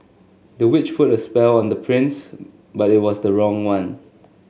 the witch put a spell on the prince but it was the wrong one